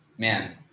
man